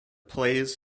plays